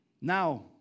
now